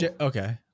okay